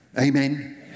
Amen